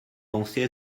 pensez